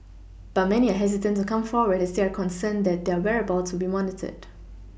but many are hesitant to come forward as they are concerned that their whereabouts would be monitored